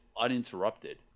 uninterrupted